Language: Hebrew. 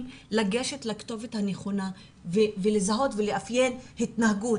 לגשת לכתובת הנכונה ולזהות ולאפיין התנהגות,